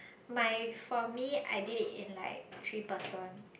my for me I did it in like three person